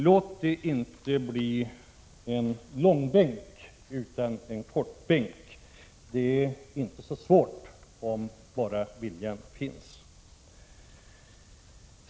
Låt det inte bli en långbänk, utan en kortbänk. Det är inte så svårt om bara viljan finns.